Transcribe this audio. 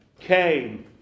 came